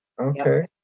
okay